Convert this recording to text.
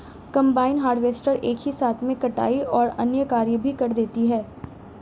combine harvester एक ही साथ में कटाई और अन्य कार्य भी कर देती है